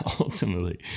ultimately